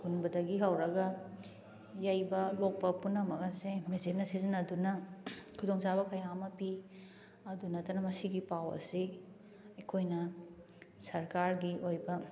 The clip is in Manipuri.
ꯍꯨꯟꯕꯗꯒꯤ ꯍꯧꯔꯒ ꯌꯩꯕ ꯂꯣꯛꯄ ꯄꯨꯝꯅꯃꯛ ꯑꯁꯦ ꯃꯦꯆꯤꯟꯅ ꯁꯤꯖꯟꯅꯗꯨꯅ ꯈꯨꯗꯣꯡ ꯆꯥꯕ ꯃꯌꯥꯝ ꯑꯃ ꯄꯤ ꯑꯗꯨꯗ ꯅꯠꯇꯅ ꯃꯁꯤꯒꯤ ꯄꯥꯎ ꯑꯁꯤ ꯑꯩꯈꯣꯏꯅ ꯁꯔꯀꯥꯔꯒꯤ ꯑꯣꯏꯕ